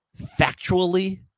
factually